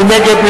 מי נגד?